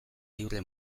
libre